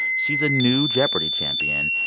she's a new jeopardy! champion.